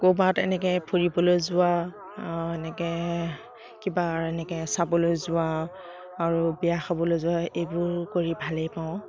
ক'ৰবাত এনেকৈ ফুৰিবলৈ যোৱা এনেকৈ কিবা এনেকৈ আৰু চাবলৈ যোৱা আৰু বিয়া খাবলৈ যোৱা এইবোৰ কৰি ভালেই পাওঁ